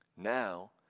Now